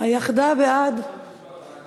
ההוצאה התקציבית (תיקון